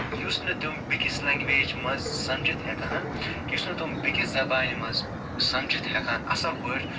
یُس نہٕ تِم بیٚکِس لٮ۪نٛگوٮ۪جہِ منٛز سَمجِتھ ہٮ۪کان یُس نہٕ تِم بیٚکِس زَبانہِ منٛز سَمجِتھ ہٮ۪کان اَصٕل پٲٹھۍ